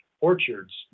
orchards